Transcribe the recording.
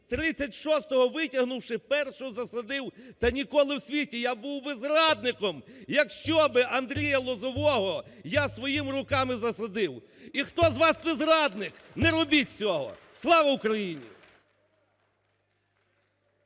36-го витягнувши, першого засадив? Та ніколи в світі. Я був би зрадником, якщо би Андрія Лозового я своїми руками засадив. І хто з вас не зрадник – не робіть цього. Слава Україні!